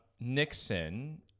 Nixon